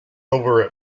over